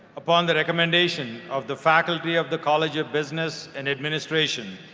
upon the recommendation of the faculty of the college of business and administration,